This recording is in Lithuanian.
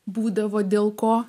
būdavo dėl ko